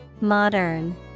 Modern